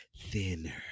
thinner